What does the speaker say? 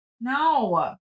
No